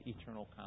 eternal